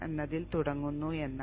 എന്നതിൽ തുടങ്ങുന്നു എന്നാണ്